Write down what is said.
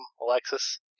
Alexis